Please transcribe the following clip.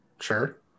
sure